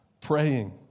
Praying